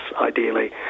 ideally